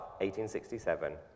1867